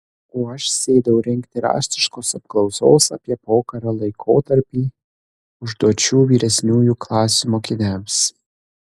o aš sėdau rengti raštiškos apklausos apie pokario laikotarpį užduočių vyresniųjų klasių mokiniams